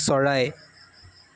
চৰাই